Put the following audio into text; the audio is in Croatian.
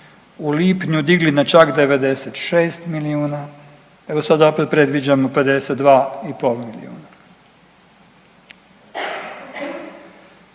u lipnju digli na čak 96 milijuna, evo sad opet predviđamo 52,5 milijuna.